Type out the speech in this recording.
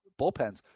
bullpens